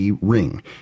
ring